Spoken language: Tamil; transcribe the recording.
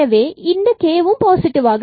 எனவே இதுவும் k பாசிட்டிவ்